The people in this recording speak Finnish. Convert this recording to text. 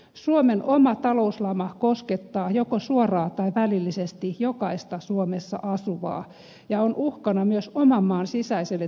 suomen oma talouslama koskettaa joko suoraan tai välillisesti jokaista suomessa asuvaa ja on uhkana myös oman maan sisäiselle turvallisuudelle